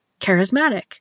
charismatic